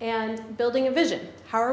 and building a vision how are